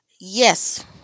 Yes